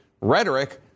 rhetoric